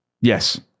Yes